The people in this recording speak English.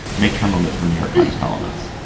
make term limits for new york times columnist,